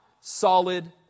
solid